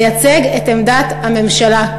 לייצג את עמדת הממשלה,